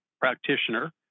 practitioner